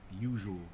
usual